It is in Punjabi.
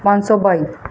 ਪੰਜ ਸੌ ਬਾਈ